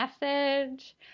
message